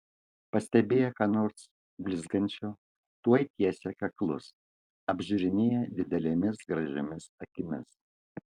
pastebėję ką nors blizgančio tuoj tiesia kaklus apžiūrinėja didelėmis gražiomis akimis